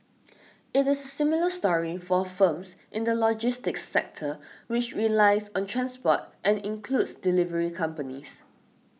it is a similar story for firms in the logistics sector which relies on transport and includes delivery companies